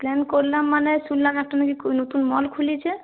plan করলাম মানে শুনলাম একটা নাকি নতুন মল খুলেছে